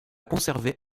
conserver